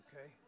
okay